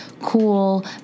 cool